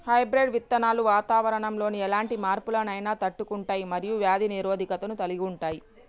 hybrid విత్తనాలు వాతావరణంలోని ఎలాంటి మార్పులనైనా తట్టుకుంటయ్ మరియు వ్యాధి నిరోధకతను కలిగుంటయ్